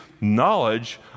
knowledge